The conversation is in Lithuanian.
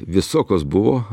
visokios buvo